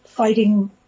fighting